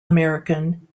american